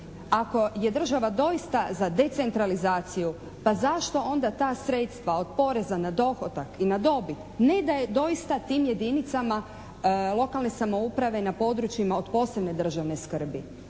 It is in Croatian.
Ako je država doista za decentralizaciju, pa zašto onda ta sredstva od poreza na dohodak i na dobit ne daje doista tim jedinicama lokalne samouprave na područjima od posebne državne skrbi.